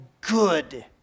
good